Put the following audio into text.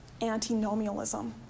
antinomialism